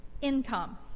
Income